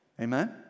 amen